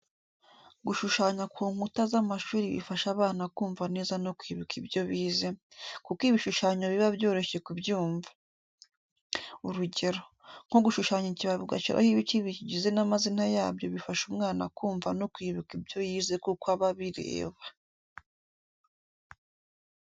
Gushushanya ku nkuta z'amashuri bifasha abana kumva neza no kwibuka ibyo bize, kuko ibishushanyo biba byoroshye kubyumva. Urugero, nko gushushanya ikibabi ugashyiraho ibice bikigize n'amazina yabyo bifasha umwana kumva no kwibuka ibyo yize kuko aba abireba.